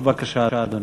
בבקשה, אדוני.